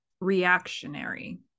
reactionary